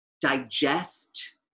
digest